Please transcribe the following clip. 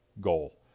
goal